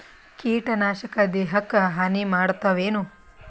ಕೀಟನಾಶಕ ದೇಹಕ್ಕ ಹಾನಿ ಮಾಡತವೇನು?